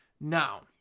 Now